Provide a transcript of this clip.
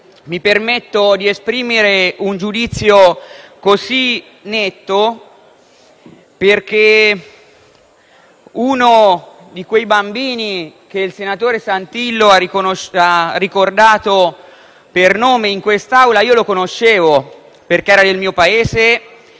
Mi permetto di esprimere un giudizio così netto, perché uno di quei bambini, che il senatore Santillo ha ricordato per nome in Assemblea, lo conoscevo, perché era del mio paese